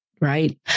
right